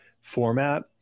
format